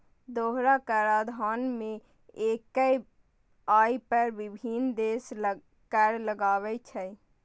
दोहरा कराधान मे एक्के आय पर विभिन्न देश कर लगाबै छै